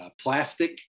plastic